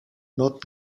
not